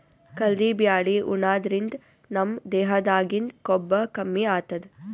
ಕಲ್ದಿ ಬ್ಯಾಳಿ ಉಣಾದ್ರಿನ್ದ ನಮ್ ದೇಹದಾಗಿಂದ್ ಕೊಬ್ಬ ಕಮ್ಮಿ ಆತದ್